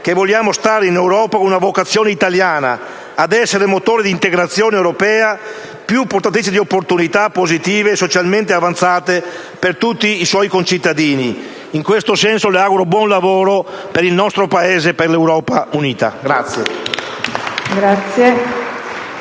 che vogliamo stare in Europa con una vocazione italiana a essere motori di un'integrazione europea più portatrice di opportunità positive e socialmente avanzate per tutti i suoi concittadini. In questo senso le auguro buon lavoro per il nostro Paese e per l'Europa unita.